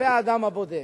כלפי האדם הבודד.